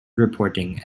reporting